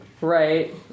Right